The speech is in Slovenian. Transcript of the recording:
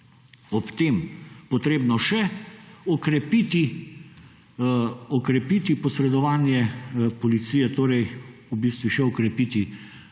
ob tem potrebno še okrepiti posredovanje policije, torej v bistvu še okrepiti